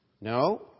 No